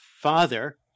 father